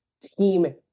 team